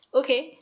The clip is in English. okay